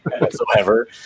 whatsoever